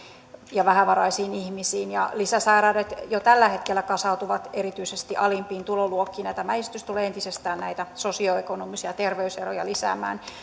ja vähävaraisiin ihmisiin lisäsairaudet jo tällä hetkellä kasautuvat erityisesti alimpiin tuloluokkiin ja ja tämä esitys tulee entisestään näitä sosioekonomisia terveyseroja lisäämään